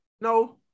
No